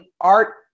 art